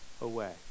away